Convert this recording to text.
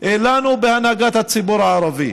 לנו בהנהגת הציבור הערבי.